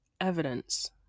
evidence